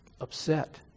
upset